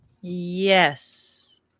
Yes